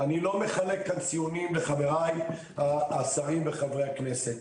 אני לא מחלק כאן ציונים לחברי השרים וחברי הכנסת,